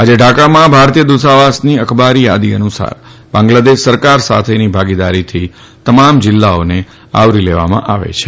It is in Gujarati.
આજે ઢાકામાં ભારતીય દૃતાવાસની અખબારી યાદી અનુસાર બાંગ્લાદેશ સરકાર સાથેની ભાગીદારીથી તમામ જિલ્લાઓને આવરી લેવામાં આવે છે